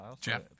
Jeff